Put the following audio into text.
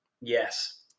Yes